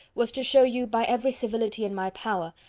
was to show you, by every civility in my power,